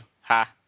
Ha